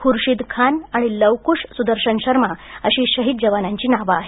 खुर्शिद खान आणि लवकुश सुदर्शन शर्मा अशी शहीद जवानांची नावं आहेत